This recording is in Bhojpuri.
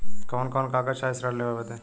कवन कवन कागज चाही ऋण लेवे बदे?